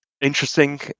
Interesting